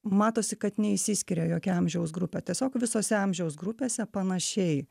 matosi kad neišsiskiria jokia amžiaus grupė tiesiog visose amžiaus grupėse panašiai